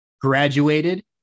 graduated